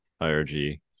IRG